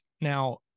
Now